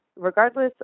regardless